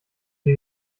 sie